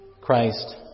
Christ